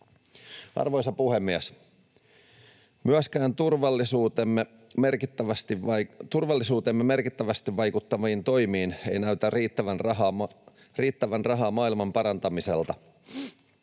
Arvoisa puhemies! Myöskään turvallisuuteemme merkittävästi vaikuttaviin toimiin ei näytä riittävän rahaa maailman parantamiselta.